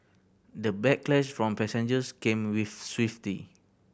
the backlash from passengers came with